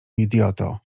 idioto